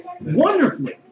wonderfully